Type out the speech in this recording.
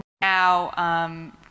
now